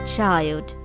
Child